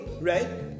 right